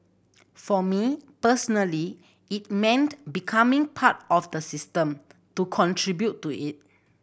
for me personally it meant becoming part of the system to contribute to it